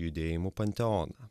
judėjimų panteoną